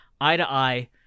eye-to-eye